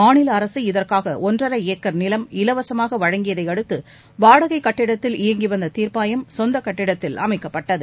மாநில அரசு இதற்காக ஒன்றரை ஏக்கர் நிலம் இலவசமாக வழங்கியதையடுத்து வாடகைக் கட்டிடத்தில் இயங்கி வந்த தீர்ப்பாயம் சொந்த இடத்தில் அமைக்கப்பட்டது